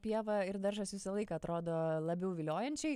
pieva ir daržas visą laiką atrodo labiau viliojančiai